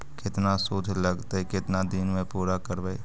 केतना शुद्ध लगतै केतना दिन में पुरा करबैय?